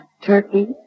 turkey